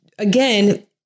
Again